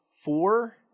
four